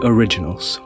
Originals